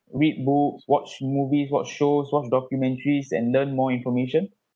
read books watch movies watch shows watch documentaries and learn more information